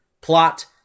plot